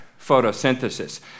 photosynthesis